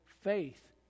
faith